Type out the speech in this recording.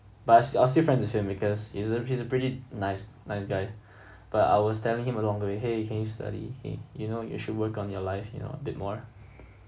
but I still friends with him because he's he's a pretty nice nice guy but I was telling him along the way !hey! can you study !hey! you know you should work on your life you know bit more